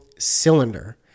cylinder